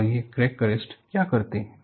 और ये crack arrester क्या करते हैं